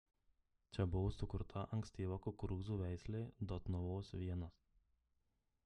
čia buvo sukurta ankstyva kukurūzų veislė dotnuvos l